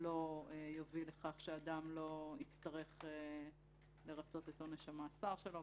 לא תוביל לכך שאדם לא יצטרך לרצות את עונש המאסר שלו.